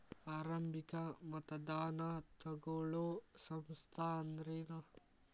ಆರಂಭಿಕ್ ಮತದಾನಾ ತಗೋಳೋ ಸಂಸ್ಥಾ ಅಂದ್ರೇನು?